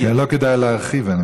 לא כדאי להרחיב.